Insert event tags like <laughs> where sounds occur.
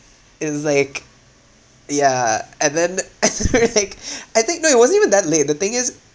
it's like yeah and then <laughs> like I think no it wasn't even that late the thing is